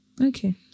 Okay